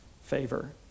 favor